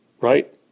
right